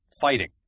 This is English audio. fighting